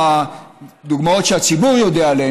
דוגמאות שהציבור יודע עליהן,